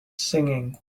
singing